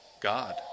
God